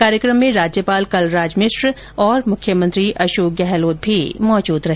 कार्यक्रम में राज्यपाल कलराज मिश्र और मुख्यमंत्री अशोक गहलोत भी मौजूद रहे